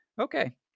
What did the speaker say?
Okay